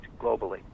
globally